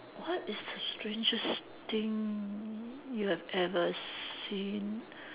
what is the strangest thing you have ever seen